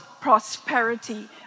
prosperity